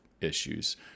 issues